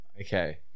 Okay